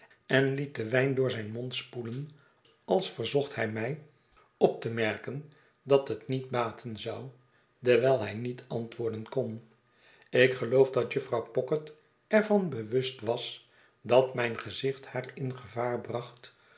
en liet den wijn door z'yn mond spoelen als verzocht hij mij op te merken dat het niet baten zou dewijl hij niet antwoorden kon ik geloof dat jufvrouw pocket er van bewust was dat mijn gezicht haar in gevaar bracht